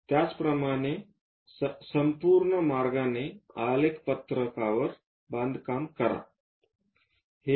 त्याचप्रमाणे संपूर्ण मार्गाने आलेख पत्रकावर बांधकाम करा